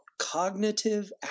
Cognitive